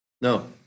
No